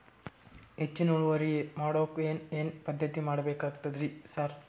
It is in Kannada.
ಹೆಚ್ಚಿನ್ ಇಳುವರಿ ಮಾಡೋಕ್ ಏನ್ ಏನ್ ಪದ್ಧತಿ ಮಾಡಬೇಕಾಗ್ತದ್ರಿ ಸರ್?